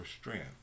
strength